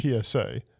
PSA